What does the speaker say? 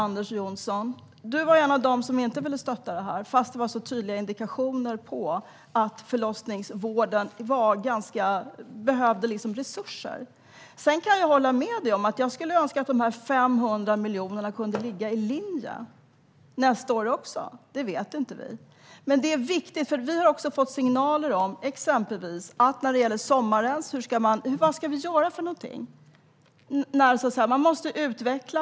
Anders Jonsson var en av dem som inte ville stötta detta, fast det var tydliga indikationer på att förlossningsvården behövde resurser. Sedan kan jag hålla med dig. Jag skulle önska att dessa 500 miljoner kunde ligga i linje nästa år också - det vet vi inte. Men detta är viktigt, för vi har också fått signaler om exempelvis sommaren. Vad ska vi göra för någonting? Man måste utveckla.